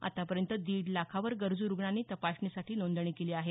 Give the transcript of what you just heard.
आतापर्यंत दीड लाखावर गरजू रूग्णांनी तपासणीसाठी नोंदणी केली आहे